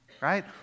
right